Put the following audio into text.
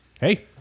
Hey